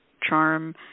charm